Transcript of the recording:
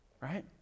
Right